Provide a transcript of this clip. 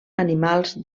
animals